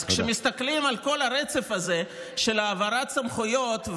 אז כשמסתכלים על כל הרצף הזה של העברות סמכויות,